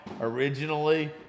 originally